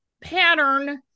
pattern